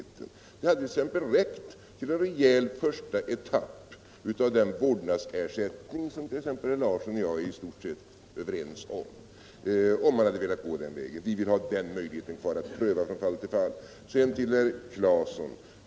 Om man hade velat gå den vägen, hade det t.ex. räckt med en rejäl första etapp av den vårdnadsersättning som herr Larsson och jag i stort sett är överens om, men vi vill ha möjligheten kvar att göra en prövning från fall till fall. Sedan till herr Claeson!